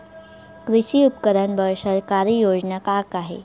कृषि उपकरण बर सरकारी योजना का का हे?